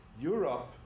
Europe